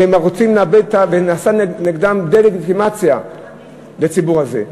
ונעשית דה-לגיטימציה של הציבור הזה.